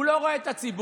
הוא לא רואה את הציבור.